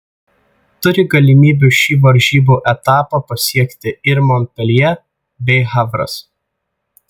turi galimybių šį varžybų etapą pasiekti ir monpeljė bei havras